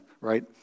right